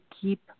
keep